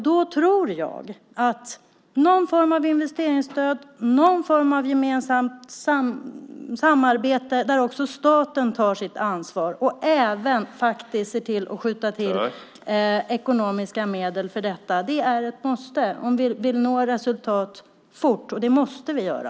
Det behövs någon form av investeringsstöd och någon form av gemensamt samarbete där också staten tar sitt ansvar. Staten får även se till att skjuta till ekonomiska medel för detta. Det är ett måste om vi vill nå resultat fort. Det måste vi göra.